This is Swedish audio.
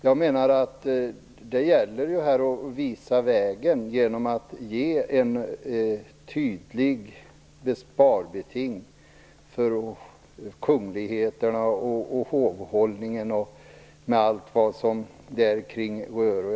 Jag menar att det gäller här att visa vägen genom ett tydligt sparbeting för kungligheter, hovhållning och allt som rör detta.